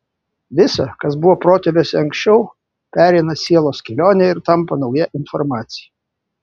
visa kas buvo protėviuose anksčiau pereina sielos kelionę ir tampa nauja informacija